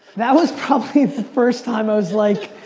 that was probably the first time i was like,